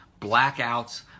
blackouts